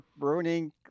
ruining